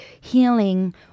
healing